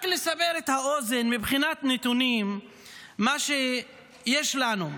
רק לסבר את האוזן מבחינת נתונים שיש לנו: